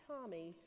Tommy